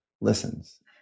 listens